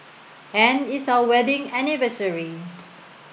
and it's our wedding anniversary